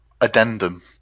addendum